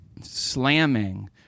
slamming